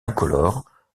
incolore